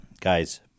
Guys